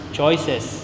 choices